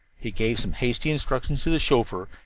he gave some hasty instructions to the chauffeur,